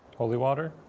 holy water?